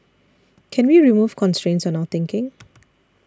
can we remove constraints on our thinking